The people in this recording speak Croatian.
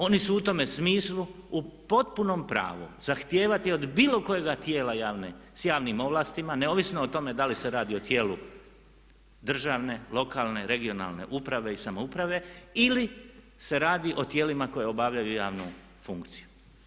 Oni su u tome smislu u potpunom pravu zahtijevati od bilo kojega tijela javne, s javnim ovlastima neovisno o tome da li se radi o tijelu državne, lokalne, regionalne uprave i samouprave ili se radi o tijelima koja obavljaju javnu funkciju.